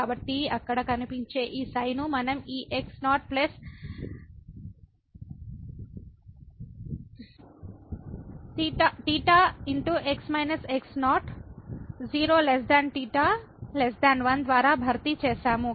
కాబట్టి అక్కడ కనిపించే ఈ ξ ను మనం ఈ x0 θ 0 θ 1 ద్వారా భర్తీ చేసాము